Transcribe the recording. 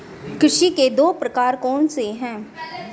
कृषि के दो प्रकार कौन से हैं?